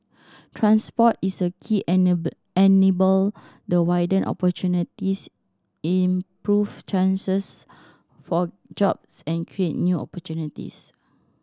transport is a key enabler the widen opportunities improve chances for jobs and create new opportunities